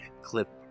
clip